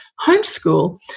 homeschool